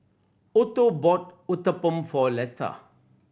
Otho bought Uthapam for Lesta